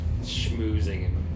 schmoozing